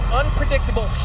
unpredictable